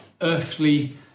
earthly